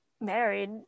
married